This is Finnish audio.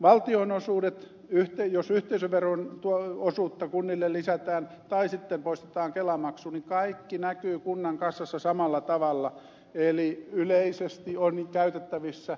valtionosuudet jos yhteisöveron osuutta kunnille lisätään tai sitten poistetaan kelamaksu niin kaikki näkyy kunnan kassassa samalla tavalla eli yleisesti on käytettävissä